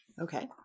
Okay